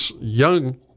young